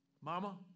Mama